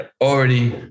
already